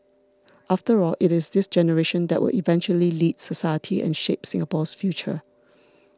after all it is this generation that will eventually lead society and shape Singapore's future